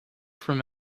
from